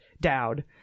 Dowd